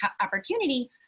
opportunity